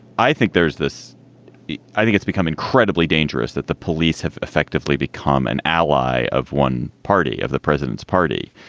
i think there's this i think it's become incredibly dangerous that the police have effectively become an ally of one party, of the president's party.